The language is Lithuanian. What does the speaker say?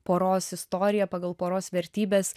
poros istoriją pagal poros vertybes